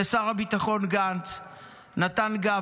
ושר הביטחון גנץ נתן גב,